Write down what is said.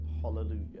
Hallelujah